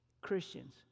Christians